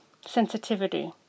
sensitivity